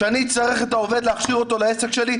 כשאני צריך להכשיר את העובד לעסק שלי,